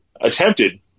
attempted